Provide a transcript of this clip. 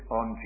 on